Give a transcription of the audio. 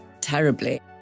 terribly